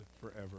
forever